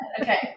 Okay